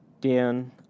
Dan